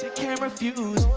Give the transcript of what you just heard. can't refuse